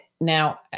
Now